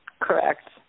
Correct